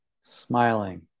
smiling